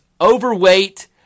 overweight